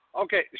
Okay